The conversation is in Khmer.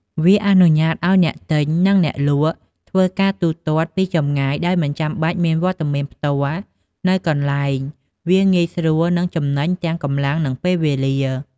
វាអនុញ្ញាតឱ្យអ្នកទិញ និងអ្នកលក់ធ្វើការទូទាត់ពីចម្ងាយដោយមិនចាំបាច់មានវត្តមានផ្ទាល់នៅកន្លែង វាងាយស្រួលនិងចំណេញទាំងកម្លាំងនិងពេលវេលា។